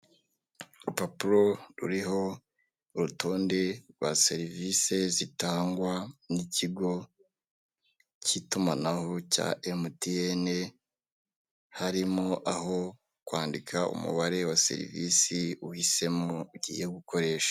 Urupapuro ruriho urutonde rwa serivisi zitangwa n'ikigo k'itumanaho cya emutiyeni aho harimo aho kwandika umubare wa serivisi uhisemo ugiye gukoresha.